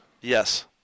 Yes